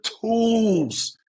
tools